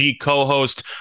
co-host